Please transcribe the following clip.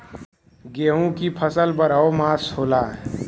गेहूं की फसल बरहो मास होला